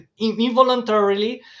involuntarily